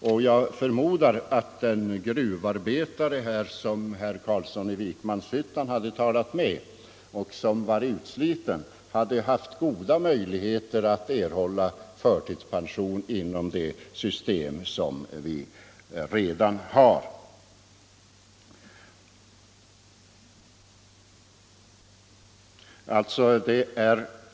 Och jag förmodar att den gruvarbetare som herr Carlsson i Vikmanshyttan talat med och som var utsliten hade haft goda möjligheter att erhålla förtidspension inom det system vi redan har.